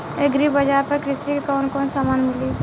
Agri बाजार पर कृषि के कवन कवन समान मिली?